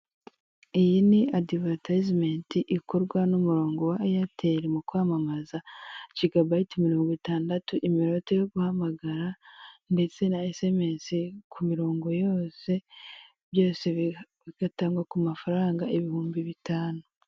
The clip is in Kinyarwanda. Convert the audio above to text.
Iyi ni adivatayizimenti ikorwa n'umurongo wa eyateli mu kwamamaza, jigabayiti mirongo itandatu, iminota yo guhamagara, ndetse na esemesi ku mirongo yose, byose bigatangwa ku mafaranga ibihumbi bitanu.